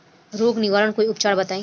रोग निवारन कोई उपचार बताई?